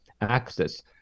access